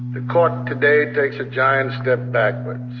the court today ah takes a giant step backwards.